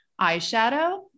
eyeshadow